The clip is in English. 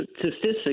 statistics